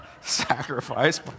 sacrifice